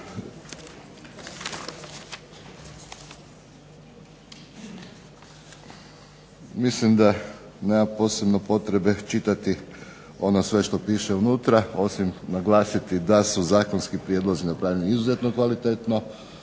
Mislim da nema posebno potrebe čitati sve što piše unutra osim naglasiti da su zakonski prijedlozi napravljeni izuzetno kvalitetno